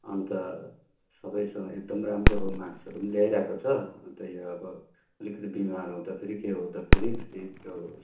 अन्त सबैसँग एकदमै राम्रो मार्क्सहरू पनि ल्याइरहेको छ अन्त यो अब अलिकति बिमार हुँदा फेरि के हुँदा फेरि फेरि त्यो